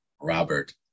robert